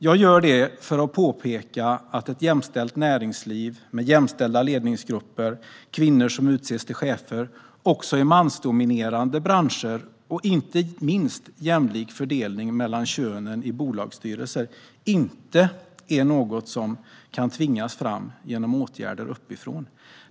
Jag gör det för att påpeka att ett jämställt näringsliv med jämställda ledningsgrupper, kvinnor som chefer också i mansdominerade branscher och inte minst en jämlik fördelning mellan könen i bolagsstyrelser inte är något som kan tvingas fram genom åtgärder uppifrån.